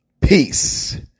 Peace